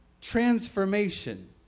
transformation